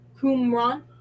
Qumran